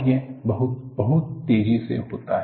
यह बहुत बहुत तेजी से होता है